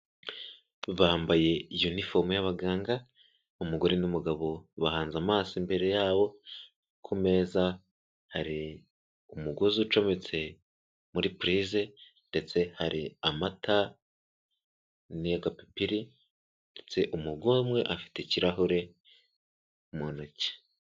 Bambaye yunifomu y'abaganga, umugore n'umugabo bahanze amaso imbere yabo, ku meza hari umugozi ucometse muri pirize, ndetse hari amata n'akapipiri, ndetse umugore umwe afite ikirahure mu ntoki.